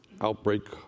outbreak